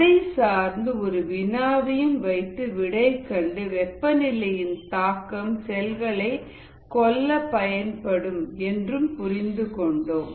அதை சார்ந்து ஒரு வினாவையும் வைத்து விடை கண்டு வெப்பநிலையின் தாக்கம் செல்களை கொல்ல பயன்படும் என்று புரிந்து கொண்டோம்